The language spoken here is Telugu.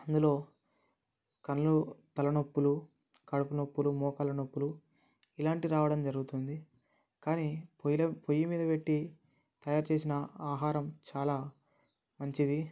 అందులో కళ్ళు తలనొప్పులు కడుపు నొప్పులు మోకాళ్ళ నొప్పులు ఇలాంటివి రావడం జరుగుతుంది కానీ పొయ్యిలో పొయ్యి మీద పెట్టి తయారుచేసిన ఆహారం చాలా మంచిది